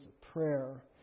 prayer